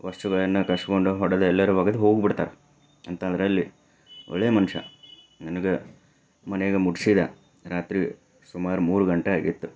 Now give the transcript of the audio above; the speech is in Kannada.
ವಸ್ತುಗಳನ್ನು ಕಸ್ಕೊಂಡು ಹೊಡೆದು ಎಲ್ಲಾರು ಒಗೆದು ಹೋಗ್ಬಿಡ್ತಾರೆ ಅಂಥಾದ್ದರಲ್ಲಿ ಒಳ್ಳೆಯ ಮನುಷ್ಯ ನನಗೆ ಮನೆಗೆ ಮುಟ್ಟಿಸಿದ ರಾತ್ರಿ ಸುಮಾರು ಮೂರು ಗಂಟೆ ಆಗಿತ್ತು